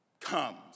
comes